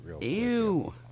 ew